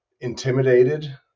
intimidated